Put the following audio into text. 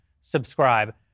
subscribe